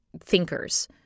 thinkers